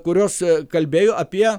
kurios kalbėjo apie